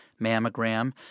mammogram